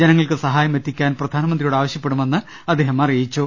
ജനങ്ങൾക്ക് സഹായമെത്തി ക്കാൻ പ്രധാനമന്ത്രിയോട് ആവശൃപ്പെടുമെന്ന് അദ്ദേഹം അറിയിച്ചു